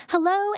Hello